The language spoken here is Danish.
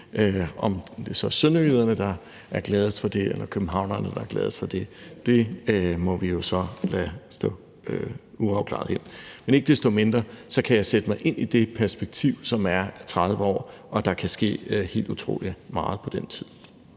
Om det så er sønderjyderne, der er gladest for det, eller om det er københavnerne, der er gladest for det, må vi jo lade stå uafklaret hen, men ikke desto mindre kan jeg sætte mig ind i det perspektiv, som er 30 år, og der kan ske helt utrolig meget på den tid.